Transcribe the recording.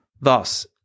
Thus